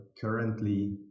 currently